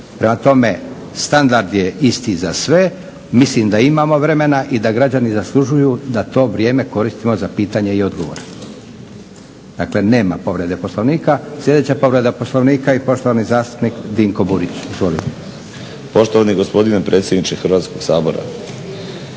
Prema toma, standard je isti za sve. Mislim da imamo vremena i da građani zaslužuju da to vrijeme koristimo za pitanja i odgovore. Dakle, nema povrede Poslovnika. Sljedeća povreda Poslovnika i poštovani zastupnik Dinko Burić.